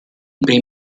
primi